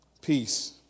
peace